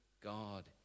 God